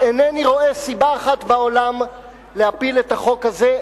אינני רואה סיבה אחת בעולם להפיל את החוק הזה,